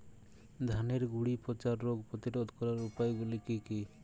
ধানের গুড়ি পচা রোগ প্রতিরোধ করার উপায়গুলি কি কি?